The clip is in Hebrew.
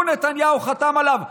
הוא, נתניהו, חתם עליו.